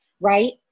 Right